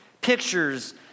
pictures